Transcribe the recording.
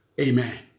Amen